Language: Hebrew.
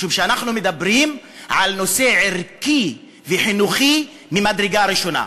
משום שאנחנו מדברים על נושא ערכי וחינוכי ממדרגה ראשונה.